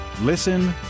Listen